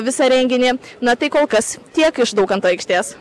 visą renginį na tai kol kas tiek iš daukanto aikštės